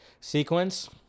sequence